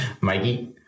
Mikey